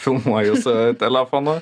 filmuoju su telefonu